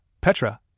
Petra